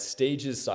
Stages